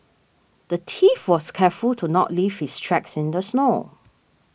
the thief was careful to not leave his tracks in the snow